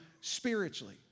spiritually